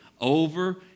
Over